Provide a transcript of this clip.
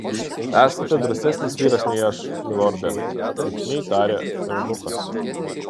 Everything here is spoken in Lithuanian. esate drąsesnis vyras nei aš milorde lipšniai tarė eunuchas